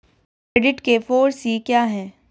Credit के four C क्या हैं?